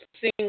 sing